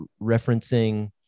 referencing